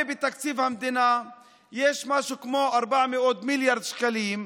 הרי בתקציב המדינה יש משהו כמו 400 מיליארד שקלים,